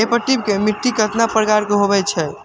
मिट्टी कतना प्रकार के होवैछे?